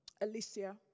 Alicia